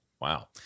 Wow